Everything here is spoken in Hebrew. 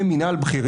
תומכי